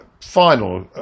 final